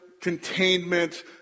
containment